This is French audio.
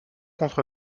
contre